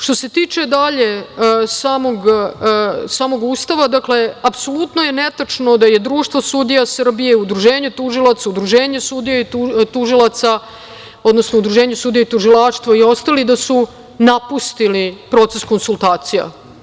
Što se tiče samog Ustava, dakle, apsolutno je netačno da je Društvo sudija Srbije, Udruženje sudija i tužilaca, odnosno Udruženje sudija i tužilaštvo i ostali napustili proces konsultacija.